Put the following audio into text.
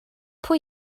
pwy